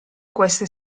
questa